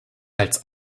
als